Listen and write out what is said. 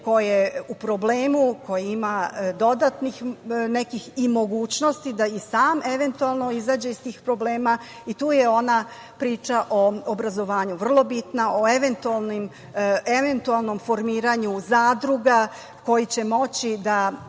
koji je u problemu, koji ima dodatnih nekih i mogućnost da i sam eventualno izađe iz tih problema i tu je ona priča o obrazovanju vrlo bitna, o eventualnom formiranju zadruga, koji će moći da